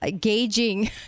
gauging